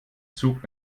zug